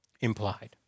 implied